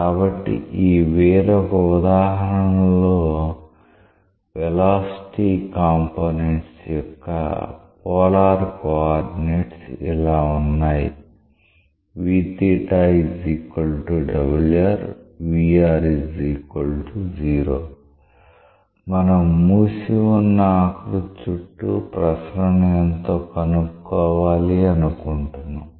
కాబట్టి ఈ వేరొక ఉదాహరణలో వెలాసిటీ కంపోనెంట్స్ యొక్క పోలార్ కోఆర్డినేట్స్ ఇలా ఉన్నాయి మనం మూసి ఉన్న ఆకృతి చుట్టూ ప్రసరణ ఎంతో కనుక్కోవాలి అనుకుంటున్నాం